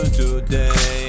today